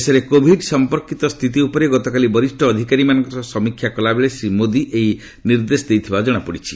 ଦେଶରେ କୋଭିଡ ସମ୍ପର୍କୀତ ସ୍ଥିତି ଉପରେ ଗତକାଲି ବରିଷ୍ଣ ଅଧିକାରୀମାନଙ୍କ ସହ ସମୀକ୍ଷା କଲାବେଳେ ଶ୍ରୀ ମୋଦୀ ଏହି ନିର୍ଦ୍ଦେଶ ଦେଇଛନ୍ତି